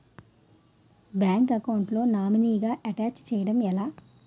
Bank account లో నామినీగా attach చేయడం ఎలా?